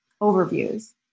overviews